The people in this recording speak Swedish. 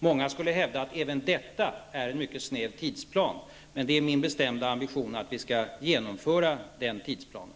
Många skulle hävda att även detta är en mycket snäv tidsplan, men det är min bestämda ambition att hålla oss till den tidsplanen.